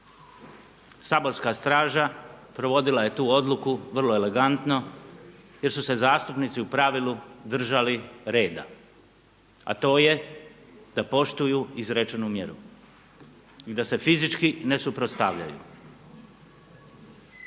Saborska straža provodila je tu odluku vrlo elegantno jer su se zastupnicu u pravilu držali reda, a to je da poštuju izrečenu mjeru i da se fizički ne suprotstavljaju.